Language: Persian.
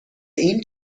این